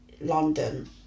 London